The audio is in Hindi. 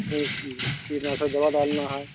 फिर कीटनाशक दवा डालना है